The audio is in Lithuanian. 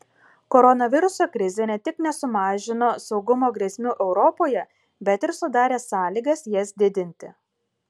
koronaviruso krizė ne tik nesumažino saugumo grėsmių europoje bet ir sudarė sąlygas jas didinti